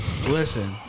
Listen